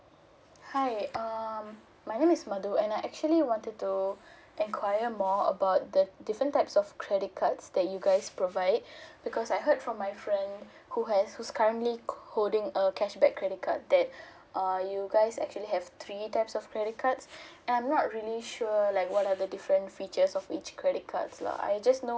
hi um my name is madu and I actually wanted to inquire more about the different types of credit cards that you guys provide because I heard from my friend who has who's currently holding a cashback credit card that uh you guys actually have three types of credit cards and I'm not really sure like what are the different features of each credit card lah I just know